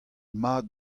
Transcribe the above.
mat